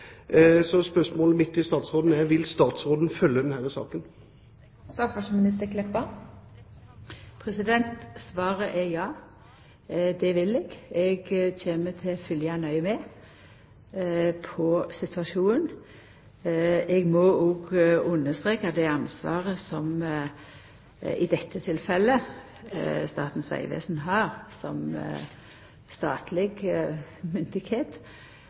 Spørsmålet mitt til statsråden er: Vil statsråden følge denne saken? Svaret er ja, det vil eg. Eg kjem til å følgja nøye med på situasjonen. Eg må understreka det ansvaret som Statens vegvesen som statleg myndigheit i dette tilfellet har for å følgja opp, men òg at dei har